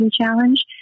challenge